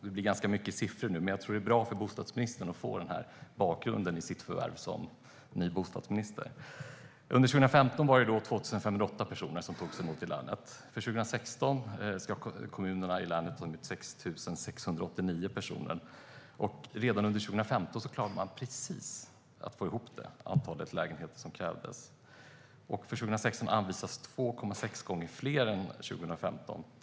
Det blir ganska mycket siffror nu, men jag tror att det är bra för bostadsministern att få den här bakgrunden i sitt värv som ny bostadsminister. Under 2015 var det 2 508 som togs emot i länet. Under 2016 ska kommunerna i länet ta emot 6 689 personer. Redan under 2015 klarade man precis att få ihop det antal lägenheter som krävdes, och för 2016 anvisas 2,6 gånger fler än 2015.